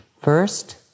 First